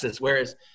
whereas